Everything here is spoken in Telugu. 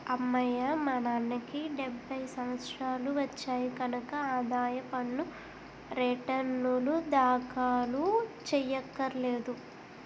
అమ్మయ్యా మా నాన్నకి డెబ్భై సంవత్సరాలు వచ్చాయి కనక ఆదాయ పన్ను రేటర్నులు దాఖలు చెయ్యక్కర్లేదు